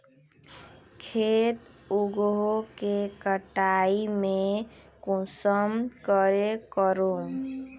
खेत उगोहो के कटाई में कुंसम करे करूम?